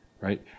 right